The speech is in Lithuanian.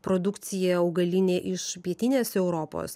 produkcija augalinė iš pietinės europos